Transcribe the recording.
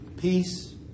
peace